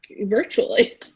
virtually